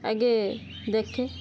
ଆଗେ ଦେଖେ